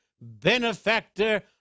benefactor